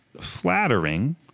Flattering